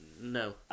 no